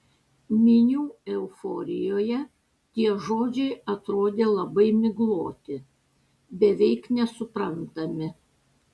minių euforijoje tie žodžiai atrodė labai migloti beveik nesuprantami